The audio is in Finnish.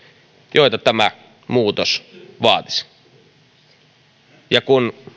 joita tämä muutos vaatisi kun